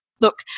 Look